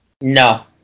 No